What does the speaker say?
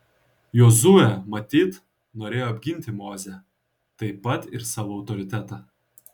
jozuė matyt norėjo apginti mozę taip pat ir savo autoritetą